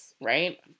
right